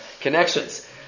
connections